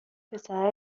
پسره